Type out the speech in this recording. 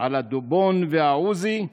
על הדובון והעוזי,